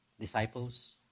Disciples